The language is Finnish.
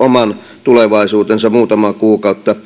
oman tulevaisuutensa muutamaa kuukautta